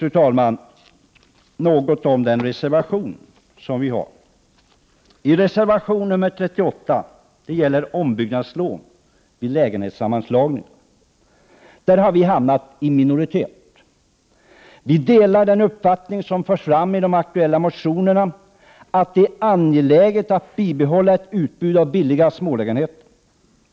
Till sist vill jag något kommentera den reservation som vi socialdemokrater har fogat till betänkandet. I reservation 38 angående ombyggnadslån vid lägenhetssammanslagningar har vi socialdemokrater hamnat i minoritet. Vi delar den uppfattning som förs fram i de aktuella motionerna, dvs. att det är angeläget att behålla ett utbud av billiga smålägenheter.